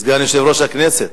סגן יושב-ראש הכנסת.